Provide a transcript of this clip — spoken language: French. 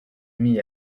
demi